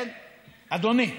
אדוני היושב-ראש,